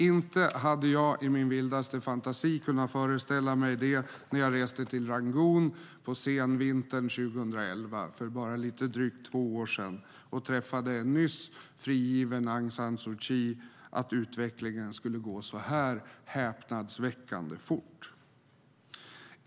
Inte hade jag i min vildaste fantasi kunnat föreställa mig när jag reste till Rangoon på senvintern 2011, för bara lite drygt två år sedan, och träffade en nyss frigiven Aung San Suu Kyi att utvecklingen skulle gå så här häpnadsväckande fort.